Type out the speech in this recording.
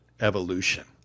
evolution